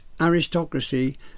aristocracy